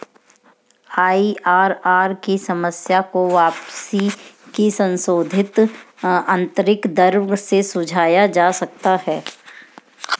IRR की समस्या को वापसी की संशोधित आंतरिक दर से सुलझाया जा सकता है